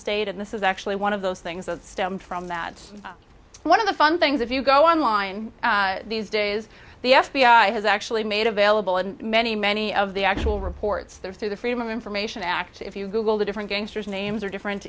state and this is actually one of those things that stem from that one of the fun things if you go online these days the f b i has actually made available in many many of the actual reports there through the freedom of information act if you google the different gangsters names or different